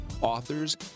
authors